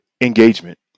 Engagement